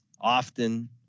often